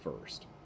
first